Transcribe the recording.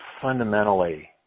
fundamentally